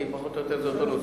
כי זה פחות או יותר אותו נושא.